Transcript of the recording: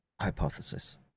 hypothesis